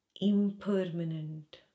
impermanent